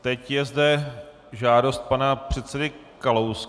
Teď je zde žádost pana předsedy Kalouska.